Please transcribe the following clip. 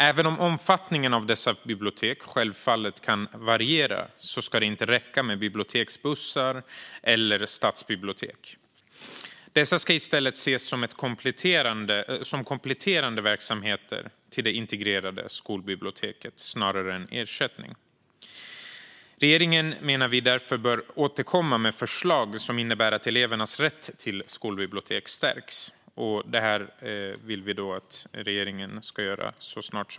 Även om omfattningen av dessa bibliotek självfallet kan variera ska det inte räcka med biblioteksbussar eller stadsbibliotek. Dessa ska ses som kompletterande verksamheter till det integrerade skolbiblioteket snarare än ersättning. Vi menar därför att regeringen så snart som möjligt bör återkomma med ett förslag som innebär att elevernas rätt till skolbibliotek stärks.